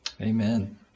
Amen